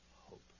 hope